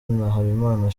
nahimana